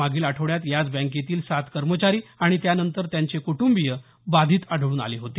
मागील आठवड्यात याच बँकेतील सात कर्मचारी आणि त्या नंतर त्यांचे कुटुंबिय हे बाधित आढळून आले होते